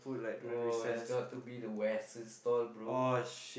oh it's got to be the western stall bro